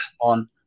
on